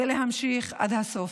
להמשיך עד הסוף.